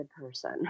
person